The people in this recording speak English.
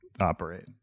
operate